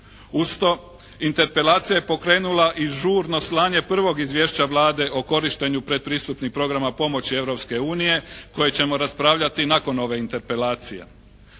Uz to, interpelacija je pokrenula i žurno slanje prvog izvješća Vlade o korištenju predpristupnih programa pomoći Europske unije koje ćemo raspravljati nakon ove interpelacije.